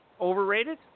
Overrated